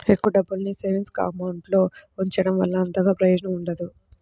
ఎక్కువ డబ్బుల్ని savings account లో ఉంచడం వల్ల అంతగా ప్రయోజనం ఉండదు